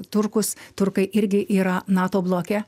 turkus turkai irgi yra nato bloke